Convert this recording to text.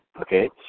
okay